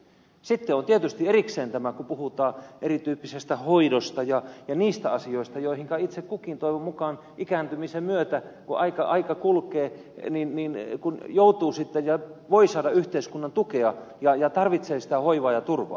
sitten on tietysti erikseen tämä kun puhutaan erityyppisestä hoidosta ja niistä asioista joihinka itse kukin toivon mukaan ikääntymisen myötä kun aika kulkee joutuu ja voi saada yhteiskunnan tukea ja tarvitsee sitä hoitoa ja turvaa